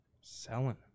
selling